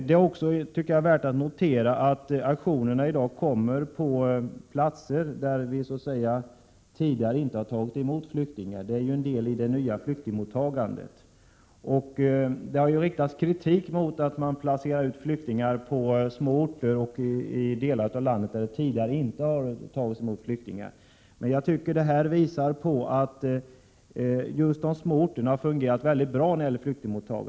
Det är också, tycker jag, värt att notera att aktionerna äger rum på platser där man tidigare inte har tagit emot flyktingar. Det är ju en del i det nya flyktingmottagadet, som det har riktats kritik mot, att man placerar ut flyktingar på små orter och i delar av landet där det tidigare inte har tagits emot flyktingar. Jag tycker att det som sker visar att flyktingmottagandet just på de små orterna har fungerat väldigt bra.